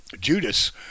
Judas